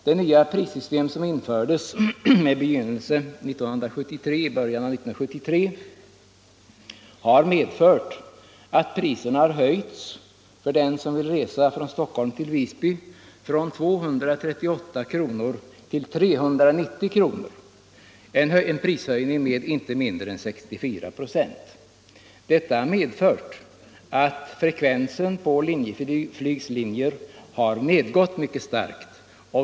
Det nya prissystem som infördes i början av 1973 har medfört att priset för den som vill resa med flyg från Stockholm till Visby har höjts från 238 till 390 kr., en prishöjning med inte mindre än 64 946. Detta har medfört att frekvensen på Linjeflygs linjer till Gotland har nedgått mycket starkt.